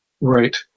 Right